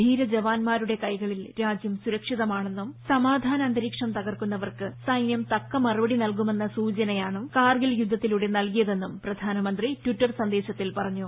ധീര ജവാൻമാരുടെ കൈകളിൽ രാജ്യം സുരക്ഷിതമാണെന്നും സമാധാനന്തരീക്ഷം തകർക്കുന്നവർക്ക് സൈനൃം തക്ക മറുപടി നൽകുമെന്ന സൂചനയാണ് കാർഗിൽ യുദ്ധത്തിലൂടെ നൽകിയതെന്നും പ്രധാനമന്ത്രി ട്വിറ്റർ സന്ദേശത്തിൽ പറഞ്ഞു